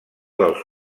dels